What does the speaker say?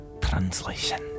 translation